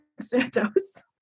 Santos